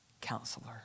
counselor